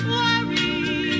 worry